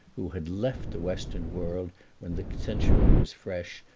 who had left the western world when the century was fresh,